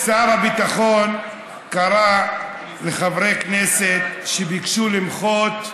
שר הביטחון קרא לחברי כנסת שביקשו למחות,